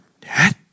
Dad